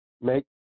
make